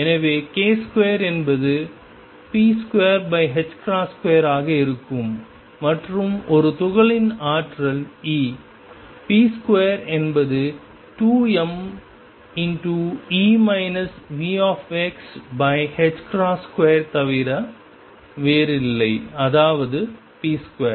எனவேk2என்பது p22 ஆக இருக்கும் மற்றும் ஒரு துகளின் ஆற்றல் E p2 என்பது 2m2 ஐத் தவிர வேறில்லை அதாவது p2